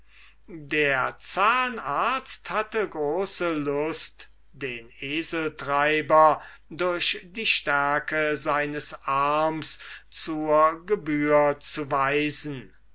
der zahnarzt hatte große lust den eseltreiber durch die stärke seines arms zur gebühr zu weisen